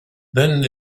then